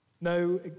No